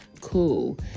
cool